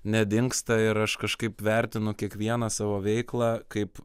nedingsta ir aš kažkaip vertinu kiekvieną savo veiklą kaip